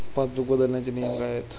Passbook बदलण्याचे नियम काय आहेत?